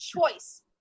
choice